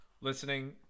listening